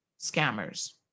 scammers